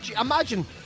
Imagine